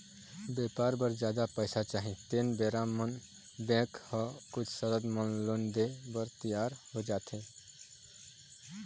बेपार बर जादा पइसा चाही तेन बेरा म बेंक ह कुछ सरत म लोन देय बर तियार हो जाथे